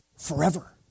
Forever